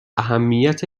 اهمیت